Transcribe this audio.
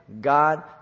God